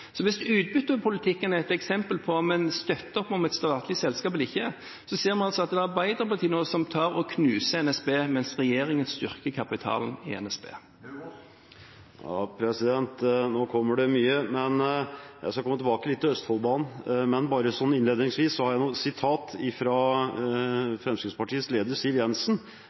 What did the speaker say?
Hvis utbyttepolitikken er et eksempel på om en støtter opp om et statlig selskap eller ikke, ser vi nå at det er Arbeiderpartiet som knuser NSB, mens regjeringen styrker kapitalen i NSB. Nå kommer det mye, men jeg skal gå tilbake til Østfoldbanen. Innledningsvis har jeg noen sitat fra Fremskrittspartiets leder, Siv Jensen,